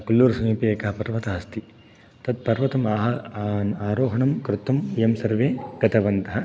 कुल्लुर्स्समिपे एकः पर्वतः अस्ति तत्पर्वतं आरोहणं कर्तुं वयं सर्वे गतवन्तः